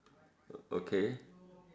okay